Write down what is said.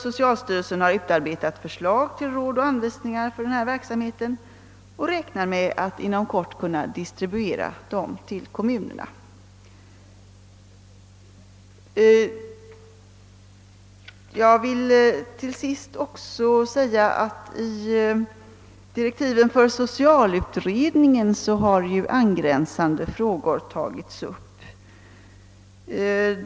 Socialstyrelsen har utarbetat förslag till råd och anvisningar för denna verksamhet och räknar med att inom kort kunna distribuera dem till kommunerna. Jag vill till sist också säga att angränsande frågor tagits upp i direktiven för socialutredningen.